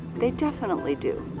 they definitely do.